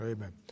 Amen